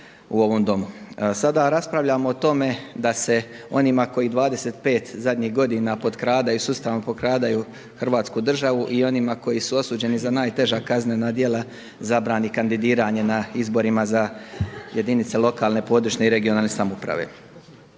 u ovom Domu. Sada raspravljamo o tome da se onima koji 25 zadnjih godina potkradaju, sustavno potkradaju Hrvatsku državu i onima koji su osuđeni za najteža kaznena djela zabrani kandidiranje na izborima za jedinice lokalne, područne i regionalne samouprave.